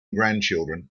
grandchildren